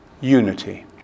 unity